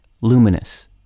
luminous